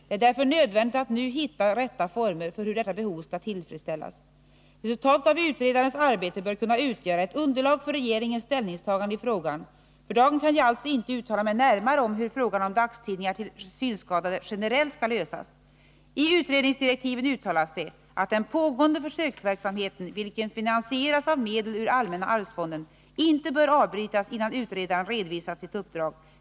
Det är därför nödvändigt att nu hitta rätta former för hur detta behov skall tillfredsställas. Resultatet av utredarens arbete bör kunna utgöra ett underlag för regeringens ställningstagande i frågan. För dagen kan jag alltså inte uttala mig närmare om hur frågan om dagstidningar till synskadade generellt skall lösas. I utredningsdirektiven uttalas det att den pågående försöksverksamheten, vilken finansieras av medel ur allmänna arvsfonden, inte bör avbrytas innan utredaren redovisat sitt uppdrag.